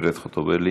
הגברת חוטובלי,